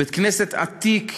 בית-כנסת עתיק,